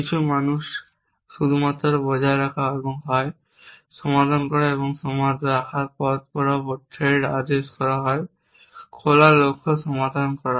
কিছু মানুষ শুধুমাত্র বজায় রাখা এবং হয় সমাধান করা এবং রাখা পথ বরাবর থ্রেড আদেশ হয় খোলা লক্ষ্য সমাধান করা